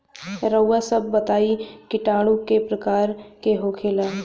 रउआ सभ बताई किटाणु क प्रकार के होखेला?